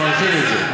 ואנחנו נרחיב את זה,